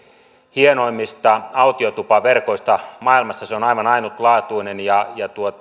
hienoimmista autiotupaverkoista maailmassa se on aivan ainutlaatuinen ja